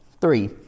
Three